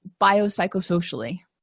biopsychosocially